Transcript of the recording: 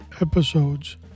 episodes